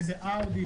שזה אאודי,